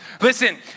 Listen